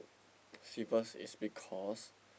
keep first is because